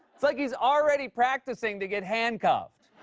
it's like he's already practicing to get handcuffed.